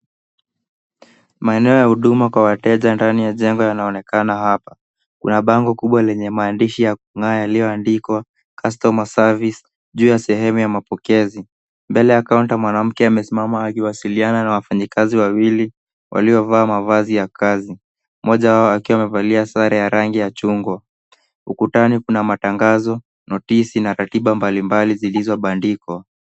Maeneo ya huduma kwa wateja ndani ya jengo yanaonekana hapa, kuna bango kubwa lenye maandishi yaku ng'aa yaliyo andikwa customer service juu ya sehemu ya mapokezi. Mbele ya kaunta kuna mwanamke ame simama aki wasiliana na wafanyakazi wawili walio vaa mavazi ya kazi, moja wao akiwa amevalia sare ya rangi ya chungwa. Ukutani kuna matangazo, notisi na katiba mbalimbali zilizobandikwa.